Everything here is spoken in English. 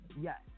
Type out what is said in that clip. Yes